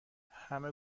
همه